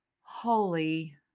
Holy